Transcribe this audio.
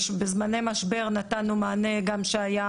בזמני משבר נתנו מענה, גם כשהיו